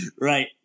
right